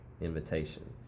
invitation